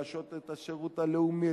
לעשות את השירות הלאומי,